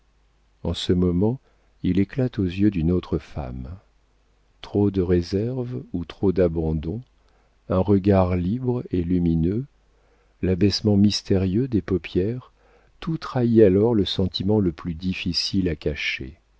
en ce moment il éclate aux yeux d'une autre femme trop de réserve ou trop d'abandon un regard libre et lumineux l'abaissement mystérieux des paupières tout trahit alors le sentiment le plus difficile à cacher